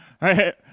right